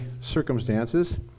circumstances